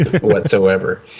whatsoever